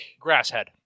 Grasshead